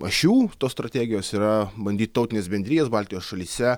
ašių tos strategijos yra bandyt tautines bendrijas baltijos šalyse